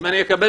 אם אקבל